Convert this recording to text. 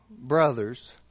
brothers